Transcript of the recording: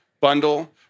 bundle